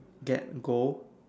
get gold